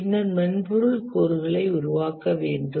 பின்னர் மென்பொருள் கூறுகளை உருவாக்க வேண்டும்